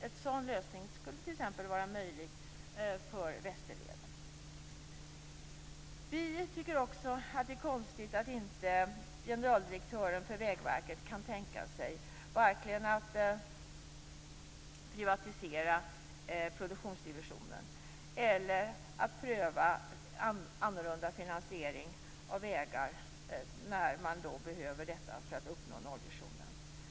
En sådan lösning skulle t.ex. vara möjlig för Västerleden. Det är också konstigt att generaldirektören för Vägverket inte kan tänka sig vare sig att privatisera produktionsdivisionen eller att pröva en annorlunda finansiering av vägar när detta är nödvändigt för att nollvisionen skall uppnås.